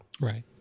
Right